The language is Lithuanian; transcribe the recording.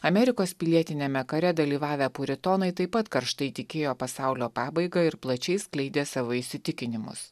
amerikos pilietiniame kare dalyvavę puritonai taip pat karštai tikėjo pasaulio pabaiga ir plačiai skleidė savo įsitikinimus